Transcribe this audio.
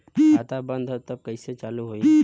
खाता बंद ह तब कईसे चालू होई?